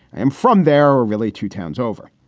i am from there are really two towns over.